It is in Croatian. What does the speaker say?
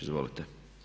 Izvolite.